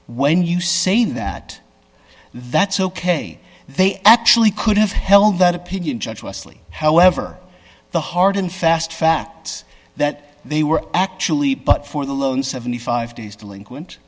when you say that that's ok they actually could have held that opinion judge leslie however the hard and fast facts that they were actually but for the loan seventy five dollars days delinquent